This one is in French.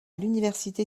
l’université